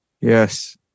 Yes